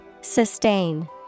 Sustain